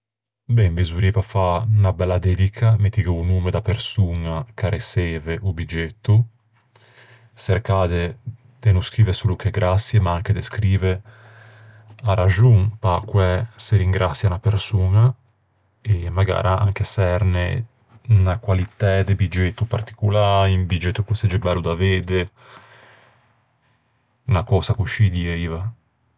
Ben, besorrieiva fâ unna bella dedica, mettighe o nomme da persoña ch'a reçeive o biggetto, çercâ de-de no scrive solo che graçie, ma anche de scrive anche a raxon pe-a quæ se ringraçia unna persoña... E magara çerne anche unna qualitæ de biggetto particolâ, un biggetto ch'o segge bello da vedde... Unna cösa coscì, dieiva.